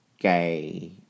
gay